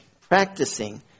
practicing